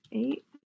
eight